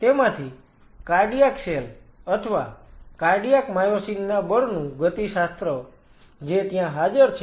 તેમાંથી cardiac cell અથવા cardiac myosin ના બળનું ગતિશાસ્ત્ર જે ત્યાં હાજર છે